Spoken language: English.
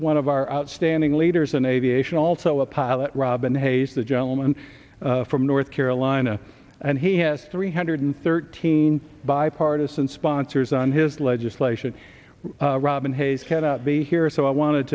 one of our outstanding leaders an aviation also a pilot robin hayes the gentleman from north carolina and he has three hundred thirteen bipartisan sponsors on his legislation robin hayes cannot be here so i wanted